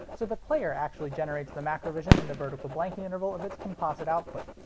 so the player actually generates the macrovision in the vertical blanking interval of its composite output.